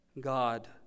God